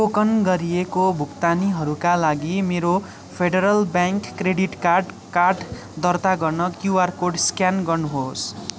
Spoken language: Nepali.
टोकन गरिएको भुक्तानीहरूका लागि मेरो Federal Bank credit card card दर्ता गर्न क्युआर कोड स्क्यान गर्नुहोस्